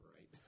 Right